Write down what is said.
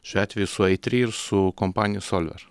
šiuo atveju su eitri ir su kompanija solver